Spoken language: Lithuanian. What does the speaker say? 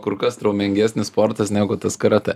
kur kas traumingesnis sportas negu tas karatė